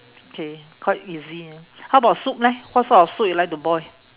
K quite easy ah how about soup leh what sort of soup you like to boil